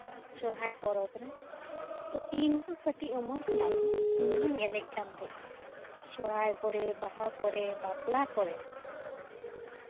ᱥᱚᱨᱦᱟᱭ ᱯᱚᱨᱚᱵ ᱨᱮ ᱛᱚ ᱤᱧ ᱦᱚᱸ ᱠᱟᱹᱴᱤᱡ ᱩᱢᱮᱨ ᱠᱷᱚᱱᱟᱜ ᱜᱮ ᱤᱧᱦᱚᱸᱧ ᱮᱱᱮᱡ ᱠᱟᱱ ᱛᱟᱦᱮᱸᱫ ᱜᱮ ᱥᱚᱨᱦᱟᱭ ᱠᱚᱨᱮ ᱵᱟᱦᱟ ᱠᱚᱨᱮ ᱵᱟᱯᱞᱟ ᱠᱚᱨᱮ